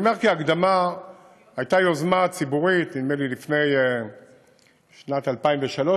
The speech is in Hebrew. כהקדמה אומר שהייתה יוזמה ציבורית בשנת 2003,